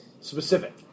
specific